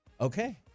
Okay